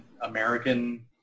American